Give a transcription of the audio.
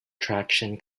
traction